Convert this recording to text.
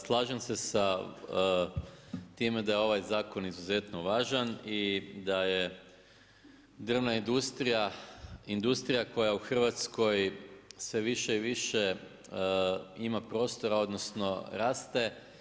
Slažem se sa time da je ovaj zakon izuzetno važan i da je drvna industrija, industrija koja u Hrvatskoj sve više i više ima prostora, odnosno raste.